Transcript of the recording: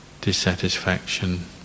dissatisfaction